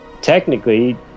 technically